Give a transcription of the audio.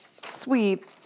sweet